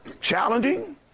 challenging